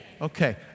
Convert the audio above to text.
Okay